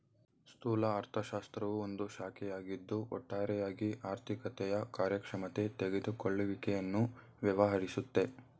ಸ್ಥೂಲ ಅರ್ಥಶಾಸ್ತ್ರವು ಒಂದು ಶಾಖೆಯಾಗಿದ್ದು ಒಟ್ಟಾರೆಯಾಗಿ ಆರ್ಥಿಕತೆಯ ಕಾರ್ಯಕ್ಷಮತೆ ತೆಗೆದುಕೊಳ್ಳುವಿಕೆಯನ್ನು ವ್ಯವಹರಿಸುತ್ತೆ